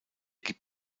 gibt